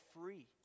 free